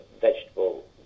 vegetable